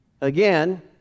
Again